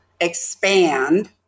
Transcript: expand